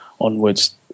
onwards